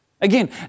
Again